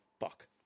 fuck